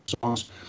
songs